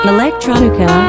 Electronica